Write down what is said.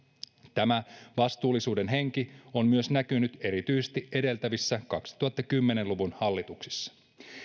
tämä vastuullisuuden henki on myös näkynyt erityisesti edeltävissä kaksituhattakymmenen luvun hallituksissa